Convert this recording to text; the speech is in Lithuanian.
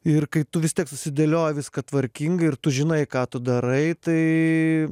ir kai tu vis tiek susidėlioji viską tvarkingai ir tu žinai ką tu darai tai